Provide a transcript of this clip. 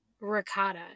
ricotta